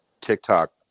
TikTok